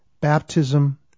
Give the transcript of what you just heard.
baptism